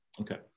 Okay